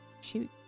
Shoot